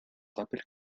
rappelle